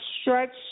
stretch